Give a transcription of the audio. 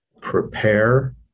prepare